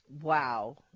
Wow